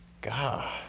God